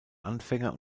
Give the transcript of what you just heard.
anfänger